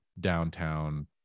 downtown